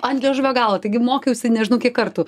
ant liežuvio galo taigi mokiausi nežinau kiek kartų